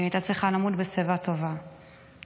היא הייתה צריכה למות בשיבה טובה בביתה,